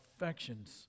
affections